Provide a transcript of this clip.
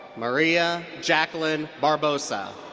maria jackeline barbosa.